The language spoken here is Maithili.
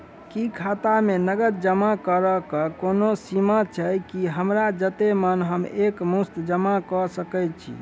की खाता मे नगद जमा करऽ कऽ कोनो सीमा छई, की हमरा जत्ते मन हम एक मुस्त जमा कऽ सकय छी?